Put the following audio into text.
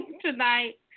tonight